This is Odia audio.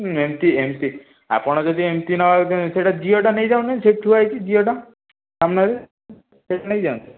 ଏମିତି ଏମିତି ଆପଣ ଯଦି ଏମିତି ନେବାକୁ ଚାହିଁବେ ସେଇଟା ଜିଓଟା ନେଇଯାଉନାହାନ୍ତି ସେଇଠି ଥୁଆ ହେଇଛି ଜିଓଟା ସାମ୍ନାରେ ସେଇଟା ନେଇଯାଆନ୍ତୁ